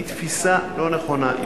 היא תפיסה לא נכונה,